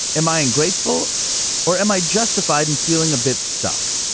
am i ungrateful or am i justified in feeling a bit stuck?